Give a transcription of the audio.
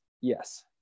yes